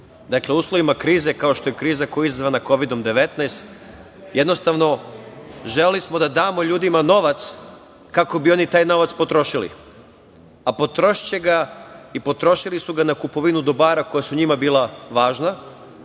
U uslovima krize kao što je kriza koja je izazvana Kovidom 19 jednostavno smo želeli da damo ljudima novac kako bi oni taj novac potrošili, a potrošiće ga i potrošili su ga na kupovinu dobara koja su njima bila važna.